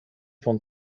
von